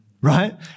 right